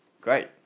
great